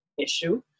issue